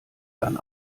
dann